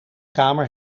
kamer